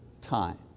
time